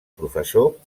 professor